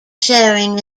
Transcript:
sharing